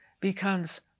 becomes